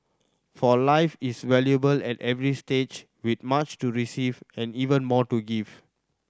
for life is valuable at every stage with much to receive and even more to give